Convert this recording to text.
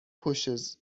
pushes